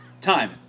Time